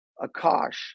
Akash